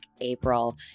April